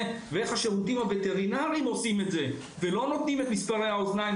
ואיך שירותים הווטרינריים יעשו את זה ולא להשאיר את האחריות